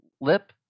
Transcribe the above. lip